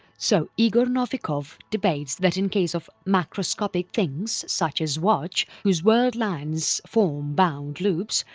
so igor novikov debates that in case of macroscopic things such as watch whose worldliness form bound loops,